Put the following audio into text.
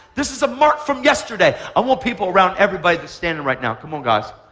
this is a mark from yesterday. i want people around everybody that's standing right now. come on, guys.